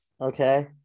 okay